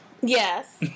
Yes